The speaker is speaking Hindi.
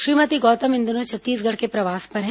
श्रीमती गोतम इन दिनों छत्तीसगढ़ के प्रवास पर है